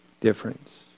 difference